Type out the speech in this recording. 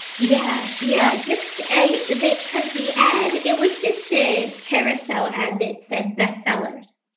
yeah, yeah, just a bit, cause the ad, it was just a carousel ad that said best sellers.